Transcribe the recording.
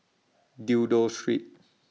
Dido Street